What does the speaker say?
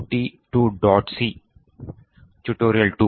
C tutorial 2